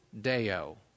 Deo